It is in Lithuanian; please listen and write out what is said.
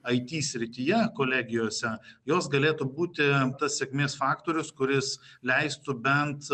it srityje kolegijose jos galėtų būti tas sėkmės faktorius kuris leistų bent